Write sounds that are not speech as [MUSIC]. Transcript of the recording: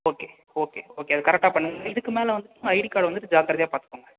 okay okay okay அதை கரெக்டாக பண்ணுங்கள் இதுக்கு மேலே வந்துவிட்டு ஐடி கார்டை [UNINTELLIGIBLE] ஜாக்கிரதையாக பார்த்துக்கோங்க